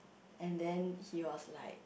and then he was like